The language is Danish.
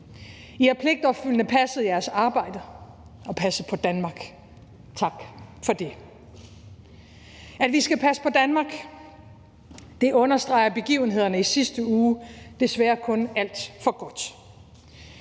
I har pligtopfyldende passet jeres arbejde og passet på Danmark. Tak for det. At vi skal passe på Danmark, understreger begivenhederne i sidste uge desværre kun alt for godt.